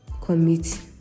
commit